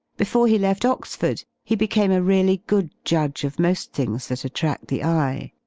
before he left oxford he became a really good judge of mosl things that attrad the eye.